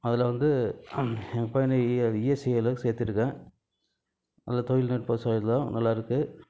அதில் வந்து எங்கள் பையனை இ இஎஸ்ஐயில் சேர்த்துருக்கேன் நல்ல தொழில்நுட்ப செயல் தான் நல்லா இருக்குது